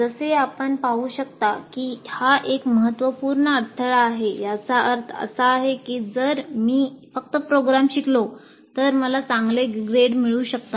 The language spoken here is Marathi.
जसे आपण पाहू शकता की हा एक महत्त्वपूर्ण अडथळा आहे याचा अर्थ असा आहे की जर मी फक्त प्रोग्राम शिकलो तर मला चांगले ग्रेड मिळू शकतात